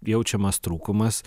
jaučiamas trūkumas